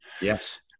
yes